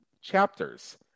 chapters